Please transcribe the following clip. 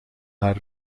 haar